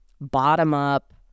bottom-up